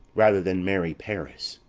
rather than marry paris,